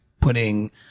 putting